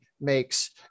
makes